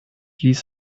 ließ